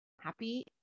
happy